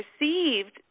received